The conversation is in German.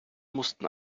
mussten